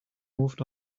moved